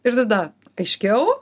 ir tada aiškiau